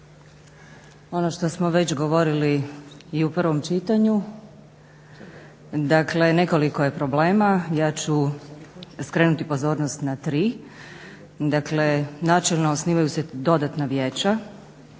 Ono što smo već govorili i u prvom čitanju, dakle nekoliko je problema. Ja ću skrenuti pozornost na tri. Dakle, načelno osnivaju se dodatna vijeća,